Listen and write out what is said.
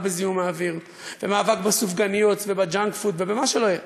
בזיהום האוויר ומאבק בסופגניות ובג'אנק פוד ובמה שלא יהיה,